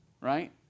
right